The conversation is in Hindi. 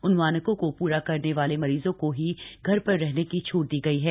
उन मानकों को पूरा करने वाले मरीजों को ही घर पर रहने की छूट दी गई है